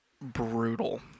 brutal